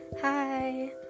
hi